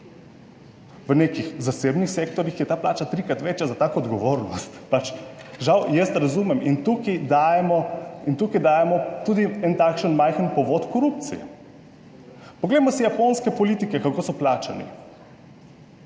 V nekih zasebnih sektorjih je ta plača trikrat večja za tako odgovornost, pač, žal, jaz razumem in tukaj dajemo tudi en takšen majhen povod korupcije. Poglejmo si japonske politike, kako so plačani.